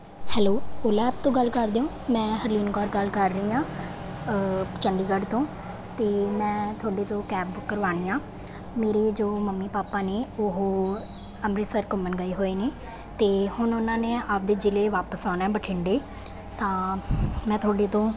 hello Ola app ਤੋਂ ਗੱਲ ਕਰਦੇ ਹੋ ਮੈਂ ਹਰਲੀਨ ਕੌਰ ਗੱਲ ਕਰ ਰਹੀ ਆਂ ਚੰਡੀਗੜ੍ਹ ਤੋਂ ਤੇ ਮੈਂ ਤੁਹਾਡੇ ਤੋਂ ਕੈਬ ਬੁੱਕ ਕਰਵਾਉਣੀ ਆ ਮੇਰੇ ਜੋ ਮੰਮੀ ਪਾਪਾ ਨੇ ਉਹ ਅੰਮ੍ਰਿਤਸਰ ਘੁੰਮਣ ਗਏ ਹੋਏ ਨੇ ਤੇ ਹੁਣ ਉਹਨਾਂ ਨੇ ਆਪਦੇ ਜਿਲੇ ਵਾਪਿਸ ਆਉਣਾ ਬਠਿੰਡੇ ਤਾਂ ਮੈਂ ਤੁਹਾਡੇ ਤੋਂ